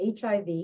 HIV